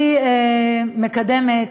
אני מקדמת,